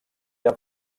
eren